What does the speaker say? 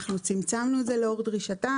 אנחנו צמצמנו את זה לאור דרישתם.